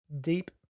deep